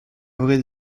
vraie